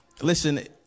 listen